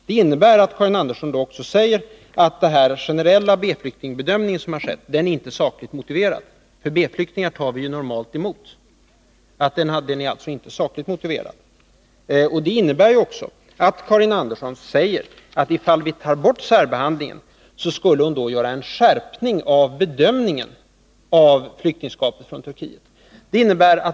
Det innebär att Karin Andersson också säger att den generella B-flyktingbedömning som skett inte är sakligt motiverad — B-flyktingar tar vi ju normalt emot. Det innebär också att Karin Andersson menar att ifall vi tar bort särbehandlingen skulle det bli en skärpning i bedömningen av frågan om flyktingskap från Turkiet.